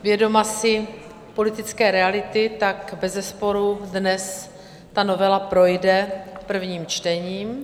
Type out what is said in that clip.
Vědoma si politické reality, bezesporu dnes ta novela projde prvním čtením.